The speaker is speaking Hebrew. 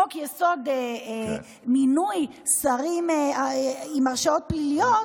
חוק-יסוד: מינוי שרים עם הרשעות פליליות,